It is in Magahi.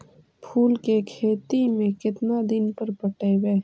फूल के खेती में केतना दिन पर पटइबै?